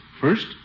First